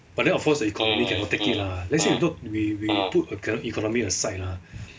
but then of course the economy cannot take it lah let's say you look we we put a current economy aside lah